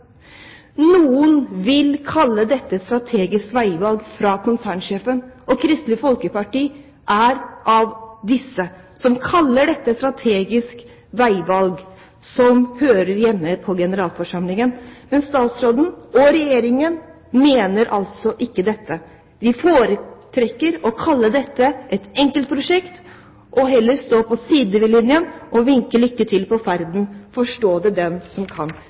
Noen ville kalle dette et strategisk veivalg fra konsernsjefen. Kristelig Folkeparti er blant dem som kaller dette et strategisk veivalg som hører hjemme på generalforsamlingen. Men statsråden og Regjeringen mener altså ikke dette. De foretrekker å kalle dette et enkeltprosjekt og heller stå på sidelinjen og ønske lykke til på ferden. Forstå det den som kan!